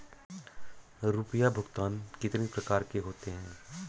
रुपया भुगतान कितनी प्रकार के होते हैं?